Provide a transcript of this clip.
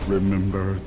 Remember